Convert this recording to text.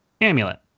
Amulet